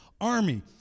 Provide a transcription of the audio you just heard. Army